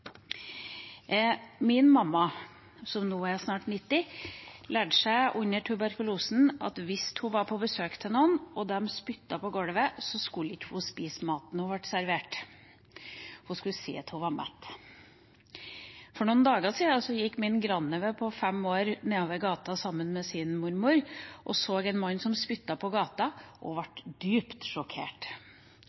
Min mamma, som nå er snart 90, lærte seg under tuberkulosen at hvis hun var på besøk hos noen og de spyttet på gulvet, skulle hun ikke spise maten hun ble servert. Hun skulle si at hun var mett. For noen dager siden gikk min grandnevø på 5 år nedover gata sammen med sin mormor og så en mann som spyttet på gata, og ble dypt sjokkert.